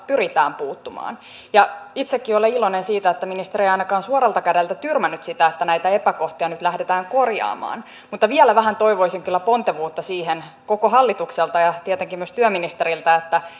pyritään puuttumaan itsekin olen iloinen siitä että ministeri ei ainakaan suoralta kädeltä tyrmännyt sitä että näitä epäkohtia nyt lähdetään korjaamaan mutta vielä vähän toivoisin kyllä pontevuutta koko hallitukselta ja tietenkin myös työministeriltä siihen